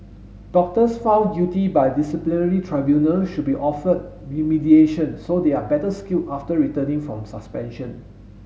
doctors found guilty by disciplinary tribunals should be offered remediation so they are better skilled after returning from suspension